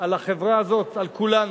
על החברה הזאת, על כולנו,